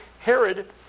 Herod